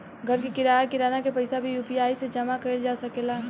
घर के किराया, किराना के पइसा भी यु.पी.आई से जामा कईल जा सकेला